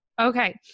Okay